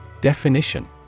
Definition